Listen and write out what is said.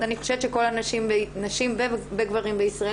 אני חושבת שכל הנשים והגברים בישראל